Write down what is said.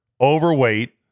overweight